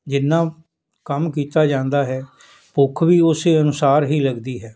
ਜਿੰਨਾ ਕੰਮ ਕੀਤਾ ਜਾਂਦਾ ਹੈ ਭੁੱਖ ਵੀ ਓਸੇ ਅਨੁਸਾਰ ਹੀ ਲੱਗਦੀ ਹੈ